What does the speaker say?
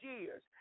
years